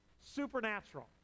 supernatural